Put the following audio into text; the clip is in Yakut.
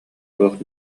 туох